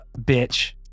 bitch